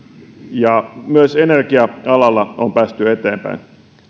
myös energia alalla on päästy eteenpäin